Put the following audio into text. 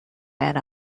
and